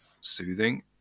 soothing